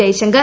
Jaishankar